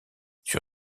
sur